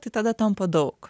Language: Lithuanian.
tai tada tampa daug